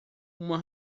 uma